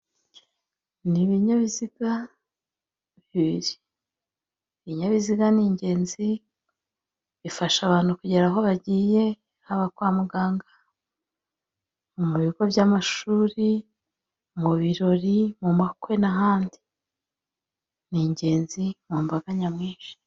Ni ibinyabiziga bibiri ibinyabiziga ni ingenzi, bifasha abantu kugera aho bagiye haba kwa muganga mu bigo by'amashuri, mu birori, mu makwe n'ahandi, ni ingenzi mu mbaga nyamwinshi.